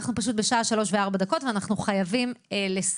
אנחנו פשוט בשעה שלוש וארבע דקות ואנחנו חייבים לסיים.